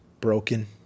broken